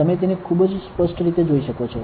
તમે તેને ખૂબ જ સ્પષ્ટ રીતે જોઈ શકો છો